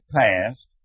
passed